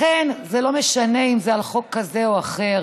לכן, זה לא משנה אם זה על חוק כזה או אחר.